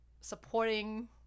supporting